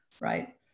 Right